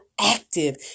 active